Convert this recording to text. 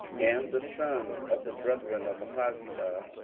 and the sons of the brethren of ahaziah,